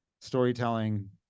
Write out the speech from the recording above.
storytelling